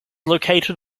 located